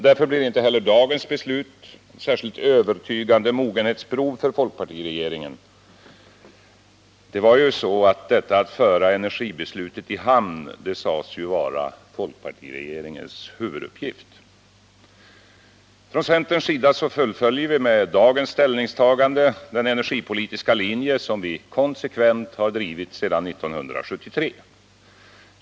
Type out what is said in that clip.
Därför blir inte heller dagens beslut något särskilt övertygande mogenhetsprov för folkpartiregeringen. Att föra energibeslutet i hamn sades ju vara folkpartiregeringens huvuduppgift. Från centerns sida fullföljer vi med dagens ställningstagande den energipolitiska linje som vi konsekvent har drivit sedan 1973.